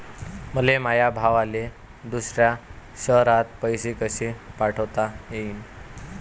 मले माया भावाले दुसऱ्या शयरात पैसे कसे पाठवता येईन?